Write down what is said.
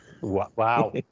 Wow